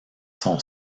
son